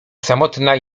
samotna